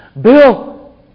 Bill